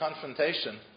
confrontation